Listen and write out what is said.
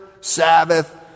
Sabbath